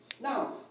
Now